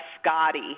Scotty